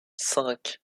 cinq